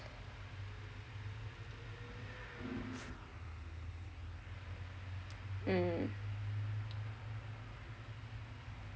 mm